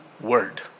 word